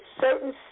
certain